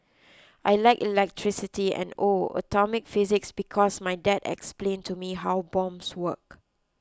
I like electricity and oh atomic physics because my dad explain to me how bombs work